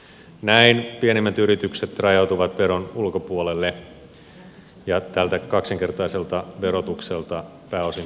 näin pienimmät yritykset rajautuvat veron ulkopuolelle ja tältä kaksinkertaiselta verotukselta pääosin vältytään